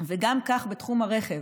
וגם כך בתחום הרכב.